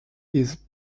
his